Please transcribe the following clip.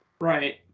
Right